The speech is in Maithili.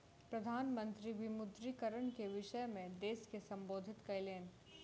प्रधान मंत्री विमुद्रीकरण के विषय में देश के सम्बोधित कयलैन